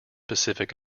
pacific